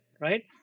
right